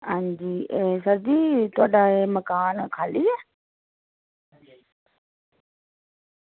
आं जी सरजी थुआढ़ा मकान खाल्ली ऐ